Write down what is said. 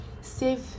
Save